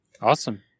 awesome